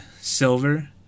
silver